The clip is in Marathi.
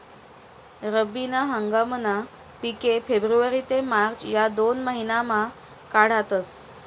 रब्बी ना हंगामना पिके फेब्रुवारी ते मार्च या दोन महिनामा काढातस